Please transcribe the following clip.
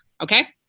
Okay